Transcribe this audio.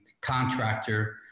contractor